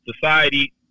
society